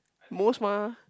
most mah